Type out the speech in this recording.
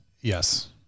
yes